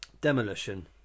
Demolition